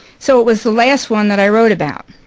so it was the last one that i wrote about.